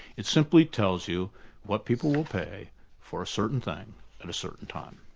it simply tells you what people will pay for a certain thing at a certain time.